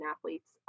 athletes